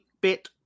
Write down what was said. bit